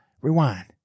Rewind